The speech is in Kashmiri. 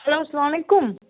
ہٮ۪لو السلام علیکُم